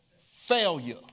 failure